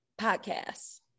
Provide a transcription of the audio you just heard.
Podcasts